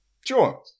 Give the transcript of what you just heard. Sure